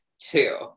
two